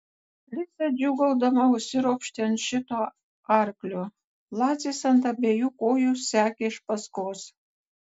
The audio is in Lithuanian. liza džiūgaudama užsiropštė ant šito arklio lacis ant abiejų kojų sekė iš paskos